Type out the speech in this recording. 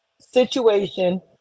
situation